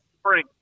spring